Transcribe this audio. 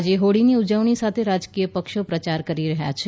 આજે હોળીની ઉજવણી સાથે રાજકીય પક્ષો પ્રચાર કરી રહ્યા છે